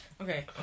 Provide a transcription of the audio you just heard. okay